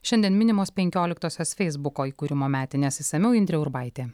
šiandien minimos penkioliktosios feisbuko įkūrimo metines išsamiau indrė urbaitė